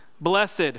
Blessed